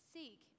Seek